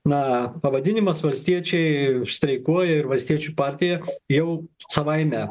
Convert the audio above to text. na pavadinimas valstiečiai streikuoja ir valstiečių partija jau savaime